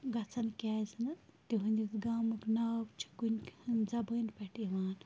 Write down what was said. گژھَن کیٛاز نہٕ تِہُنٛدِس گامُک ناو چھُ کُنہِ زبٲنۍ پٮ۪ٹھ یِوان